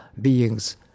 beings